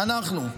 אנחנו.